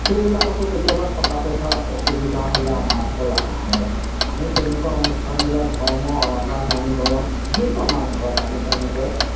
সেইবিলাকতো কেতিয়াবা টকা পইচা অসুবিধা হ'লে আমাৰ ওচৰলৈ আহে আমি তেনেকুৱা অনুষ্ঠানবিলাক ধৰ্ম আমাৰ নামঘৰত বিভিন্ন নামঘৰত আমি তেনেকে